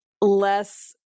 less –